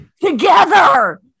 Together